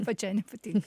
pačiai nepatinka